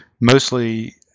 Mostly